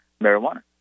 marijuana